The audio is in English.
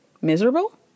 miserable